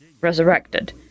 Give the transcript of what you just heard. resurrected